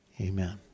Amen